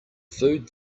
food